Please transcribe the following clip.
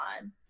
on